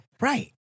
Right